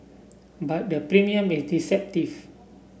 but the premium is deceptive